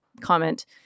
comment